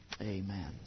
Amen